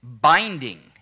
binding